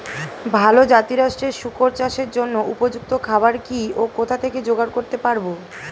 ভালো জাতিরাষ্ট্রের শুকর চাষের জন্য উপযুক্ত খাবার কি ও কোথা থেকে জোগাড় করতে পারব?